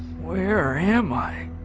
where are yeah my?